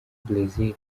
bresil